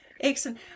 Excellent